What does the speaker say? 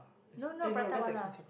no not Prata-wala